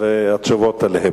ומהתשובות עליהם.